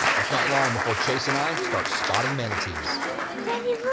it's not long before chase and i start spotting manatees